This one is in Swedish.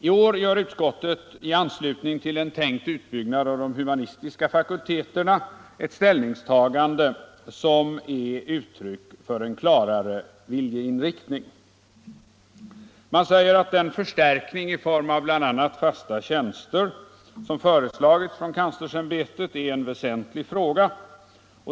I år gör utskottet i anslutning till en tänkt utbyggnad av de humanistiska fakulteterna ett ställningstagande som ger uttryck för en klarare viljeinriktning. Man säger att den förstärkning i form av bl.a. fasta tjänster som föreslagits av kanslersämbetet är en väsentlig fråga.